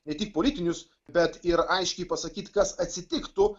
ne tik politinius bet ir aiškiai pasakyt kas atsitiktų